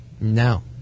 No